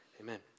Amen